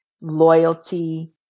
loyalty